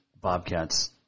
Bobcats